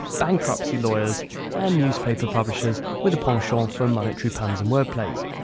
bankruptcy lawyers and newspaper publishers with a penchant for monetary puns and wordplays.